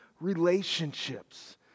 relationships